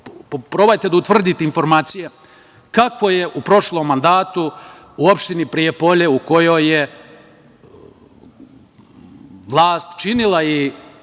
probajte da utvrdite informacije kako je u prošlom mandatu u opštini Prijepolje u kojoj je vlast činila